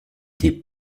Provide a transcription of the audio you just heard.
des